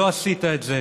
ולא עשית את זה.